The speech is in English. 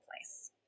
place